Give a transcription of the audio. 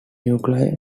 nuclei